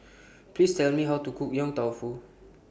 Please Tell Me How to Cook Yong Tau Foo